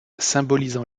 symbolisant